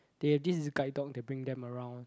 they have this guide dog that bring them around